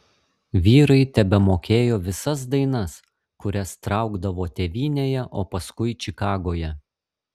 vyrai tebemokėjo visas dainas kurias traukdavo tėvynėje o paskui čikagoje